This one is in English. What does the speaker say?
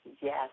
yes